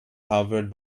powered